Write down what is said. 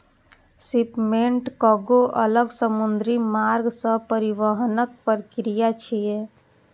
shipment कार्गों अलग समुद्री मार्ग सं परिवहनक प्रक्रिया छियै